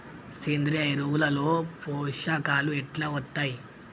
సేంద్రీయ ఎరువుల లో పోషకాలు ఎట్లా వత్తయ్?